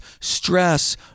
stress